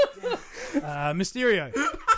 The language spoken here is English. Mysterio